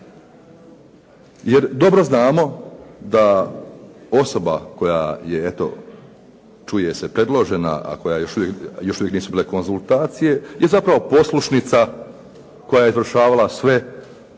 jer dobro znamo da osoba koja je eto čuje se predložena, a još uvijek nisu bile konzultacije, je zapravo poslušnica koja je izvršavala sve naredbe